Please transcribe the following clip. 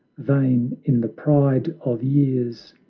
vain in the pride of years,